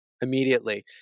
immediately